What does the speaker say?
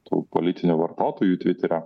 tų politinių vartotojų tviterio